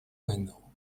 window